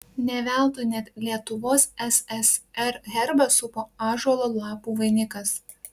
ne veltui net lietuvos ssr herbą supo ąžuolo lapų vainikas